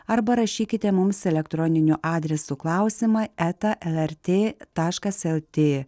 arba rašykite mums elektroniniu adresu kaulsimai eta el er tė taškas el tė